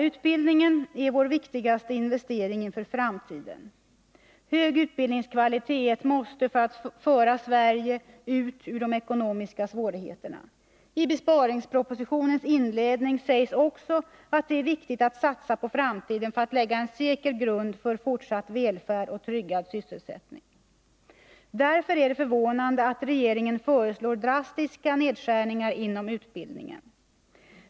”Utbildningen är vår viktigaste investering inför framtiden. Hög utbildningskvalitet är ett måste för att föra Sverige ut ur de ekonomiska svårigheterna. I besparingspropositionens inledning sägs också att det är viktigt att satsa på framtiden för att lägga en säker grund för fortsatt välfärd och tryggad sysselsättning. Därför är det förvånande att regeringen föreslår drastiska nedskärningar inom utbildningen.